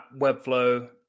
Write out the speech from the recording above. Webflow